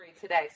today